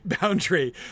boundary